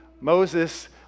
Moses